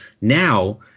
Now